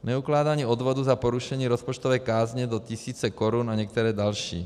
Neukládání odvodů za porušení rozpočtové kázně do tisíce korun a některé další.